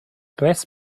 bless